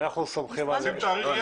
נקבע את זה ל-21 במארס,